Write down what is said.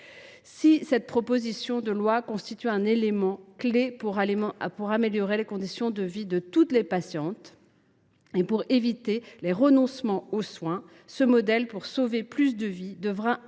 Cette proposition de loi constitue un élément clé pour améliorer les conditions de vie de toutes les patientes et pour éviter les renoncements aux soins. Cependant, pour sauver plus de vies, ce modèle devra